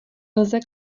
lze